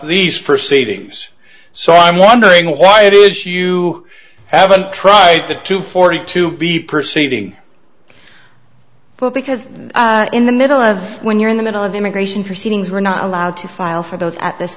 these proceedings so i'm wondering why it is you haven't tried the two forty to be perceiving because in the middle of when you're in the middle of immigration proceedings were not allowed to file for those at this